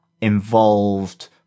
involved